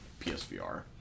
PSVR